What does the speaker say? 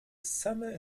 summer